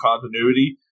continuity